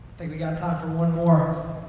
think we got time for one more.